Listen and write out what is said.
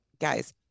guys